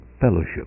fellowship